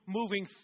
moving